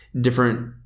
different